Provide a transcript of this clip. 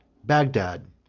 bagdad,